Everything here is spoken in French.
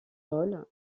rôles